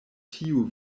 tiu